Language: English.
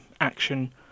action